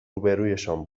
روبهرویشان